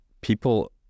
people